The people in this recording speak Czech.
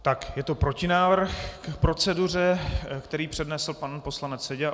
Tak, je to protinávrh k proceduře, který přednesl pan poslanec Seďa.